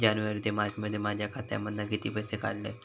जानेवारी ते मार्चमध्ये माझ्या खात्यामधना किती पैसे काढलय?